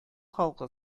халкы